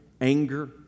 anger